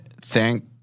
Thank